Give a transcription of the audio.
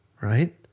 right